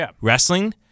wrestling